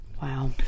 Wow